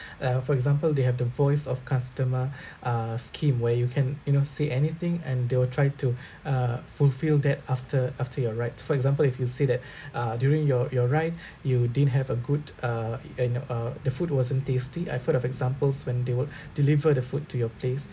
uh for example they have the voice of customer uh scheme where you can you know say anything and they will try to uh fulfil that after after your ride for example if you say that uh during your your ride you didn't have a good uh and uh the food wasn't tasty I thought of examples when they would deliver the food to your place